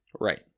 Right